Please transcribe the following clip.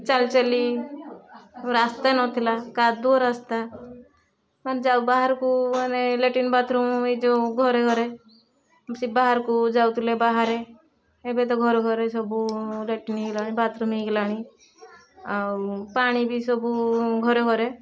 ଚାଲିଚାଲି ରାସ୍ତା ନଥିଲା କାଦୁଅ ରାସ୍ତା ମାନେ ଯା ବାହାରକୁ ମାନେ ଲେଟ୍ରିନ୍ ବାଥ୍ରୁମ୍ ଏ ଯୋଉ ଘରେ ଘରେ ସେ ବାହାରକୁ ଯାଉଥିଲେ ବାହାରେ ଏବେତ ଘରେ ଘରେ ସବୁ ଲେଟ୍ରିନ୍ ହେଇଗଲାଣି ବାଥ୍ରୁମ୍ ହେଇଗଲାଣି ଆଉ ପାଣି ବି ସବୁ ଘରେଘରେ